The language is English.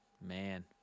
Man